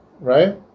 right